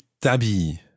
tabi